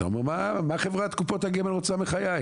אתה אומר 'מה חברת קופות הגמל רוצה מחיי,